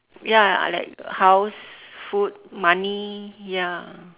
ya like house food money ya